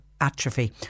atrophy